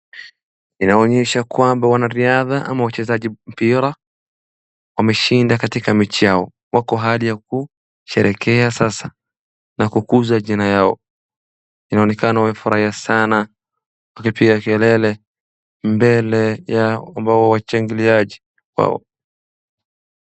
Inaonyesha kwamba wanariadha ama wachezaji mpira wameshinda katika mechi yao, wako hali ya kusherehekea sasa na kukuza jina yao. Inaonekana wamefurahia sana wakipiga kelele mbele ya ambao washangiliaji wao.